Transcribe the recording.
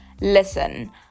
listen